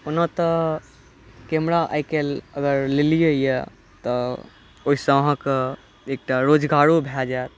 ओना तऽ कैमरा आइकाल्हि अगर लेलियै यऽ तऽ ओहिसँ आहाँके एकटा रोजगारो भऽ जायत